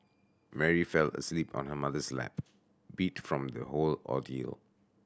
Mary fell asleep on her mother's lap beat from the whole ordeal